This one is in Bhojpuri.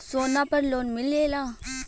सोना पर लोन मिलेला?